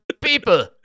People